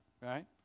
right